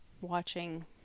watching